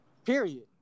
Period